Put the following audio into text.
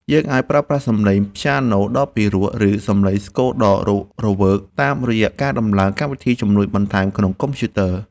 យើងអាចប្រើប្រាស់សំឡេងព្យាណូដ៏ពិរោះ ឬ សំឡេងស្គរដ៏រស់រវើកតាមរយៈការដំឡើងកម្មវិធីជំនួយបន្ថែមក្នុងកុំព្យូទ័រ។